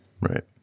Right